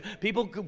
people